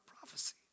Prophecy